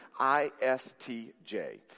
ISTJ